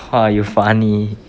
!wah! you funny